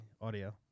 Audio